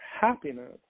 happiness